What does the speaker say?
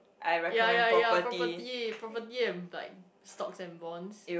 ya ya property property and b~ like stocks and bonds